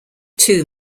too